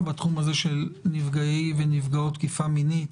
בתחום הזה של נפגעי ונפגעות תקיפה מינית